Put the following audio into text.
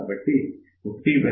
కాబట్టి 11